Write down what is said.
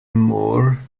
more